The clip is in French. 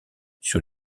sur